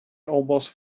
almost